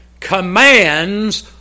commands